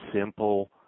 simple